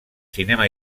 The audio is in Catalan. cinema